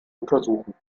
untersuchen